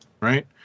right